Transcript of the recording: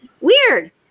Weird